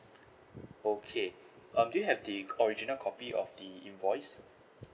okay um do you have the original copy of the invoice